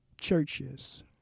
churches